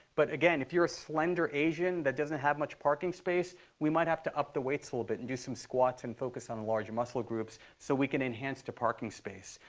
but again, if you're a slender asian that doesn't have much parking space, we might have to up the weights a little bit and do some squats and focus on the larger muscle groups so we can enhance the parking space.